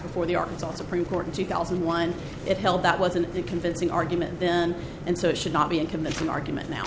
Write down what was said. before the arkansas supreme court in two thousand and one it held that wasn't a convincing argument then and so it should not be and commit an argument now